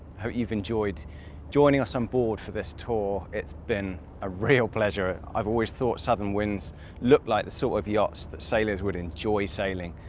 hope you've enjoyed joining us on board for this tour, it's been a real pleasure. i've always thought southern winds looked like the sort so of yachts that sailors would enjoy sailing,